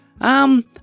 Um